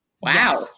Wow